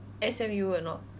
S_M_U or not